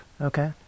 Okay